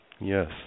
Yes